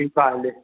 ठीकु आहे हले